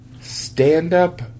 stand-up